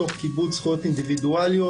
תוך כיבוד זכויות אינדיבידואליות,